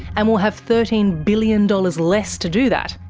and we'll have thirteen billion dollars less to do that,